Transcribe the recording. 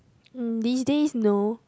mm these days no